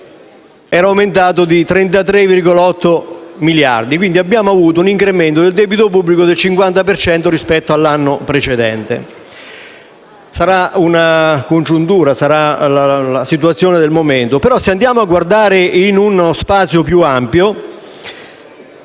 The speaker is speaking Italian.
era aumentato di 33,8 miliardi. Abbiamo avuto un incremento notevole del debito pubblico rispetto all'anno precedente. Sarà una congiuntura o sarà la situazione del momento, ma se andiamo a guardare uno spazio temporale